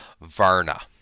Varna